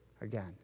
again